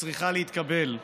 וצריכה להתקבל.